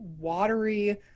watery